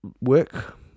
work